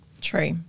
True